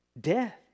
Death